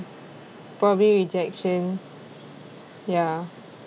probably rejection ya